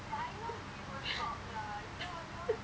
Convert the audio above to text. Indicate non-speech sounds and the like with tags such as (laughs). (laughs)